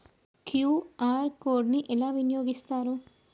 QR code ని ఎలా వినియోగిస్తారు?